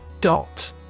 Dot